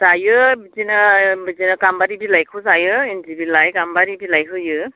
जायो बिदिनो बिदिनो गामबारि बिलाइखौ जायो इन्दि बिलाइ गामबारि बिलाइ होयो